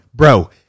Bro